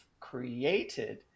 created